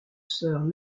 sœurs